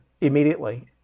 immediately